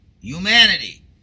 humanity